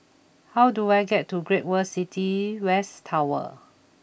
how do I get to Great World City West Tower